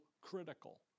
critical